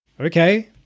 Okay